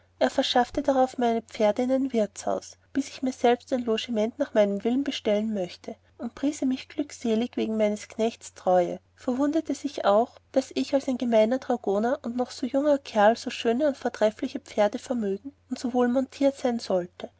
er verschaffte darauf meine pferde in ein wirtshaus bis ich mir selbsten ein logiment nach meinem willen bestellen möchte und priese mich glückselig wegen meines knechts treue verwunderte sich auch daß ich als ein gemeiner dragoner und noch so junger kerl so schöne und vortreffliche pferde vermögen und so wohl mondiert sein sollte